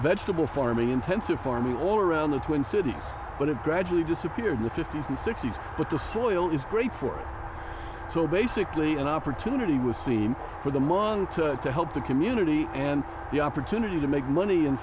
vegetable farming intensive farming all around the twin cities but it gradually disappeared with fifty's and sixty's but the soil is great for so basically an opportunity we see for the hmong took to help the community and the opportunity to make money in